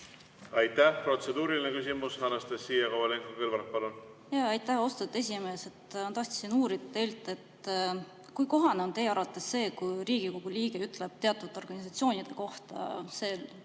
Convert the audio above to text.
Aitäh! Protseduuriline küsimus, Anastassia Kovalenko-Kõlvart, palun!